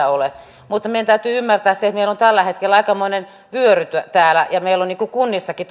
ole mutta meidän täytyy ymmärtää se että meillä on tällä hetkellä aikamoinen vyöry täällä ja meillä on kunnissakin